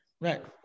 right